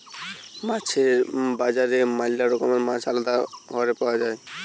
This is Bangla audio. মাছের বাজারে ম্যালা রকমের মাছ আলদা হারে পাওয়া যায়